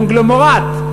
קונגלומרט,